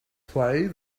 play